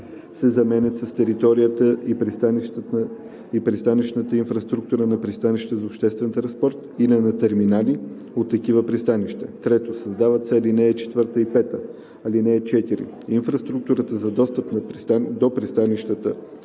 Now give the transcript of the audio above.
се заменят с „Територията и пристанищната инфраструктура на пристанища за обществен транспорт или на терминали от такива пристанища“. 3. Създават се ал. 4 и 5: „(4) Инфраструктурата за достъп до пристанищата